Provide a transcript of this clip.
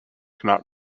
cannot